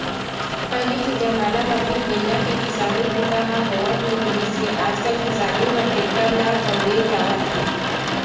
पहिली के जमाना म बिन बइला के किसानी बूता ह होवत नइ रिहिस हे आजकाल किसानी म टेक्टर ल बउरे जावत हे